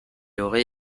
aurait